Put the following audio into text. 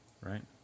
Right